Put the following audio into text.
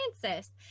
Francis